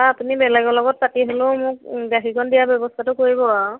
আপুনি বেলেগ লগত পাতি হ'লেও মোক গাখীৰকণ দিয়া ব্যৱস্থাটো কৰিব আৰু